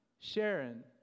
Sharon